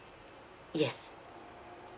yes